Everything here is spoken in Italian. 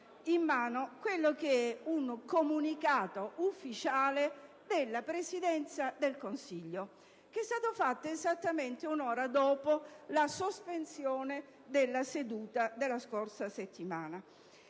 in mano un comunicato ufficiale della Presidenza del Consiglio che è stato diffuso esattamente un'ora dopo la sospensione della seduta della scorsa settimana.